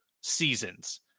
seasons